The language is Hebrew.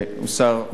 שהוא שר,